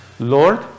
Lord